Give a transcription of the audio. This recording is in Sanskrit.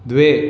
द्वे